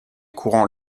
courants